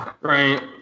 Right